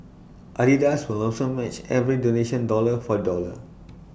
Adidas will also match every donation dollar for dollar